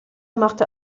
machte